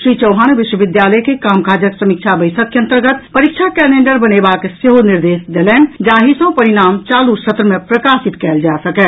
श्री चौहान विश्वविद्यालय के काम काजक समीक्षा बैसक के अंतर्गत परीक्षा कैलेंडर बनेबाक सेहो निर्देश देलनि जाहि सँ परिणाम चालू सत्र मे प्रकाशित कयल जा सकय